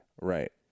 Right